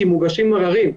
כי מוגשים עררים,